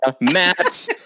Matt